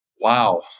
Wow